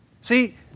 See